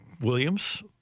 Williams